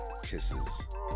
Kisses